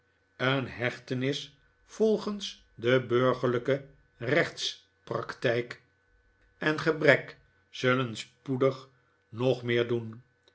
een hechtenis volgens de burgerlijke rechtspraktijk en gebrek zullen spoedig nog meer doen